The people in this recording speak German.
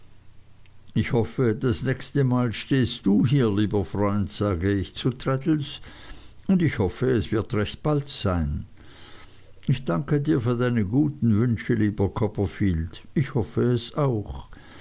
ich hoffe das nächste mal stehst du hier lieber freund sage ich zu traddles und ich hoffe es wird recht bald sein ich danke dir für deine guten wünsche lieber copperfield ich hoffe es auch